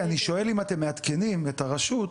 אני שואל אם אתם מעדכנים את רשות